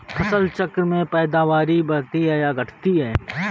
फसल चक्र से पैदावारी बढ़ती है या घटती है?